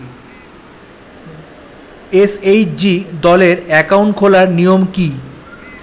SHG দলের account খোলার নিয়ম কী?